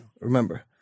remember